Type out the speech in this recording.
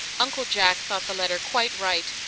uncle jack thought the letter quite right,